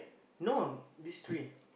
no this three